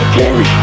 carry